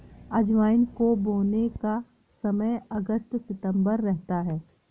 अजवाइन को बोने का समय अगस्त सितंबर रहता है